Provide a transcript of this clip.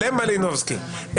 למלינובסקי.